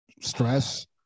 stress